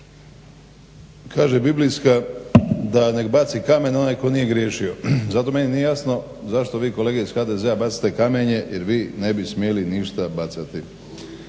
Kaže Biblijska: "Da nek baci kamen onaj ko nije griješio.", zato meni nije jasno zašto vi kolege iz HDZ-a bacate kamenje jer vi ne bi smjeli ništa bacati.